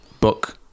Book